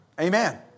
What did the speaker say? Amen